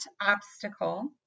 obstacle